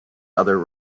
other